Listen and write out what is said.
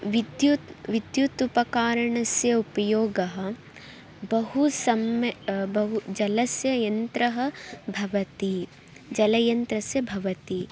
विद्युत् विद्युत् उपकरणस्य उपयोगः बहु सम्यक् बहु जलस्य यन्त्रं भवति जलयन्त्रस्य भवति